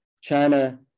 China